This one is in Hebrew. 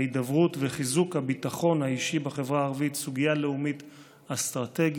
ההידברות וחיזוק הביטחון האישי בחברה הערבית סוגיה לאומית אסטרטגית,